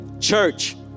church